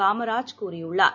காமராஜ் கூறியுள்ளார்